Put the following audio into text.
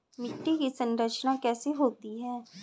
मिट्टी की संरचना कैसे होती है?